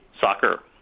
soccer